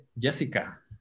Jessica